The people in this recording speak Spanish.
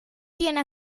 tiene